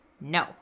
No